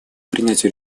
принятию